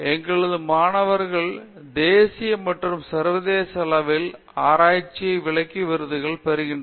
எங்களது மாணவர்கள் தேசிய மற்றும் சர்வதேச அளவில் ஆராய்ச்சியை விளக்கி விருதுகளை பெறுகின்றனர்